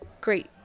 great